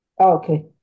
Okay